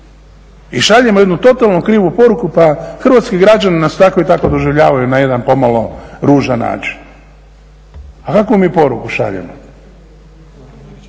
I šaljemo jednu totalno krivu poruku. Pa hrvatski građani nas tako i tako doživljavaju na jedan pomalo ružan način, a kakvu mi poruku šaljemo?